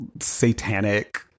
satanic